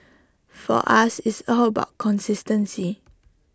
for us it's all about consistency